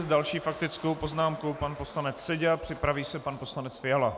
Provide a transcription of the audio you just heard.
S další faktickou poznámkou pan poslanec Seďa, připraví se pan poslanec Fiala.